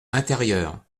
intérieur